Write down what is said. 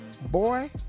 Boy